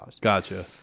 Gotcha